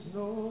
no